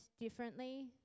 differently